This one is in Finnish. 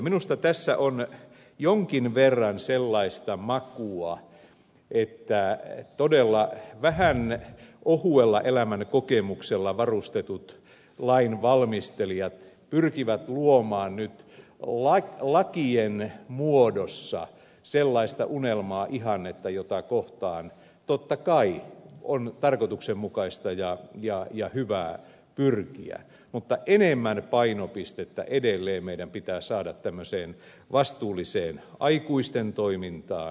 minusta tässä on jonkin verran sellaista makua että todella vähän ohuella elämänkokemuksella varustetut lainvalmistelijat pyrkivät luomaan nyt lakien muodossa sellaista unelmaa ihannetta jota kohtaan totta kai on tarkoituksenmukaista ja hyvä pyrkiä mutta enemmän painopistettä edelleen meidän pitää saada vastuulliseen aikuisten toimintaan